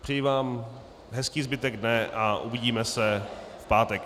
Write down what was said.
Přeji vám hezký zbytek dne a uvidíme se v pátek.